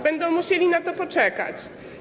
Będą musieli na to poczekać.